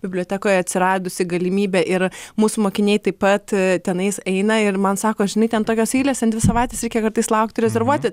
bibliotekoje atsiradusi galimybė ir mūsų mokiniai taip pat tenais eina ir man sako žinai ten tokios eilės ten dvi savaites reikia kartais laukti rezervuoti